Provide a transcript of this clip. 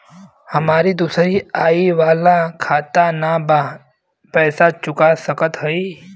हमारी दूसरी आई वाला खाता ना बा पैसा चुका सकत हई?